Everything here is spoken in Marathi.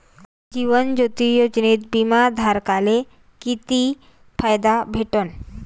जीवन ज्योती योजनेत बिमा धारकाले किती फायदा भेटन?